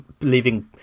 leaving